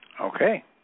Okay